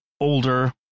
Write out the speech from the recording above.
older